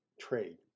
trade